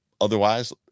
Otherwise